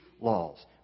laws